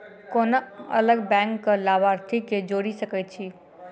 कोना अलग बैंकक लाभार्थी केँ जोड़ी सकैत छी?